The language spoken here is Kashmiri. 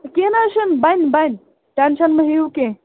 کیٚنٛہہ نہٕ حظ چھُنہٕ بَنہِ بَنہِ ٹٮ۪نشَن مہٕ ہیٚیِو کیٚنٛہہ